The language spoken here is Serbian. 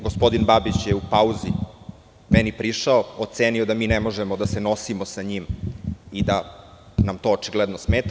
Gospodin Babić je u pauzi meni prišao, ocenio da mi ne možemo da se nosimo sa njim i da nam to očigledno smeta.